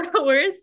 hours